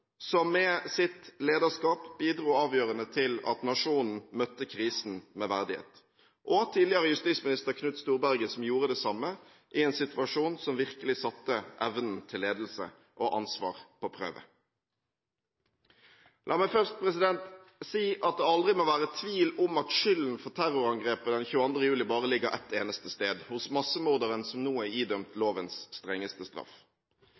som med sitt lederskap bidro avgjørende til at nasjonen møtte krisen med verdighet, og tidligere justisminister Knut Storberget, som gjorde det samme i en situasjon som virkelig satte evnen til ledelse og ansvar på prøve. La meg først si at det aldri må være tvil om at skylden for terrorangrepet den 22. juli bare ligger ett eneste sted: hos massemorderen, som nå er idømt lovens strengeste straff.